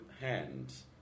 hands